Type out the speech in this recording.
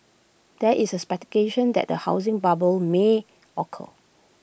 there is A speculation that A housing bubble may occur